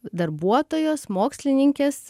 darbuotojos mokslininkės